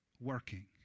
working